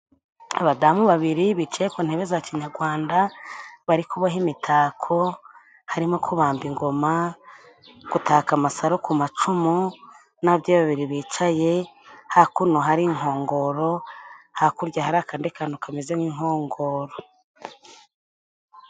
Abadamu babiri bicaye ku ntebe za kinyagwanda, bari kuboha imitako harimo kubamba ingoma, gutaka amasaro ku macumu n'ababyeyi babiri bicaye, hakuno hari inkongoro, hakurya hari akandi kantu kameze nk'inkongoro.